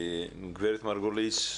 גב' מרגוליס,